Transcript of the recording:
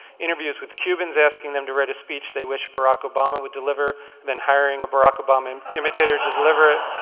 interviews with cubans asking them to write a speech they wish barack obama would deliver then hiring a barack obama um imitator to deliver it.